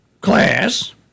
class